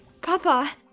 Papa